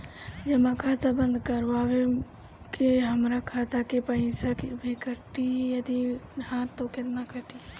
जमा खाता बंद करवावे मे हमरा खाता से पईसा भी कटी यदि हा त केतना कटी?